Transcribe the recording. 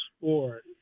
sport